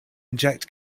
inject